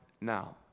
now